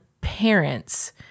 parents